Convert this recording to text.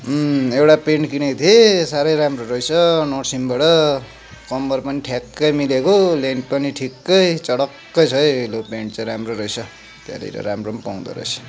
एउटा पेन्ट किनेको थिएँ सारै राम्रो रहेछ नर्सिमबड कम्बर पनि ठ्याक्कै मिलेको लेन्थ पनि ठिक्कै चटक्कै छ है लु पेन्ट चाहिँ राम्रो रहेछ त्यहाँनिर राम्रो पनि पाउँदो रहेछ